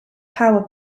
power